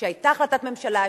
שהיתה החלטת ממשלה,